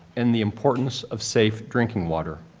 and the importance of safe drinking water.